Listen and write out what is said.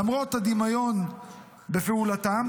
למרות הדמיון בפעילותם,